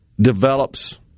develops